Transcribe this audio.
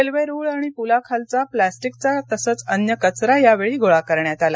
railway रूळ आणि पुलाखालचा प्लास्टिकचा तसंच अन्य कचरा यावेळी गोळा करण्यात आला